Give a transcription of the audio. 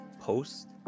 post